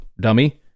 Dummy